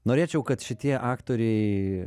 norėčiau kad šitie aktoriai